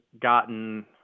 gotten –